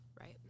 Right